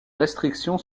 restrictions